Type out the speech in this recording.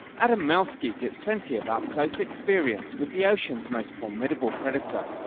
adam malski gets plenty of up close experience with the ocean's most formidable predator.